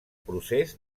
procés